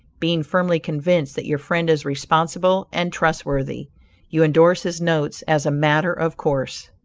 being firmly convinced that your friend is responsible and trustworthy you indorse his notes as a matter of course.